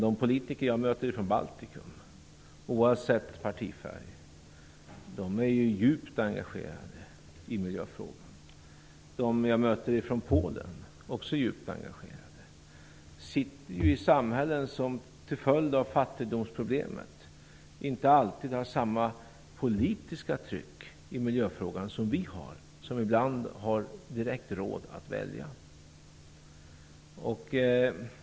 De politiker jag möter ifrån Baltikum är, oavsett partifärg, djupt engagerade i miljöfrågan. Politiker jag möter ifrån Polen är också djupt engagerade. De sitter ju i samhällen som till följd av fattigdomsproblem inte alltid har samma politiska tryck i miljöfrågan som vi har. Vi har ju ibland råd att välja direkt.